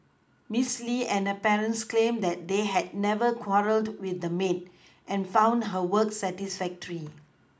Miss Li and her parents claimed that they had never quarrelled with the maid and found her work satisfactory